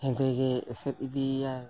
ᱦᱮᱸᱫᱮ ᱜᱮ ᱮᱥᱮᱫ ᱤᱫᱤᱭᱮᱭᱟ